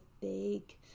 big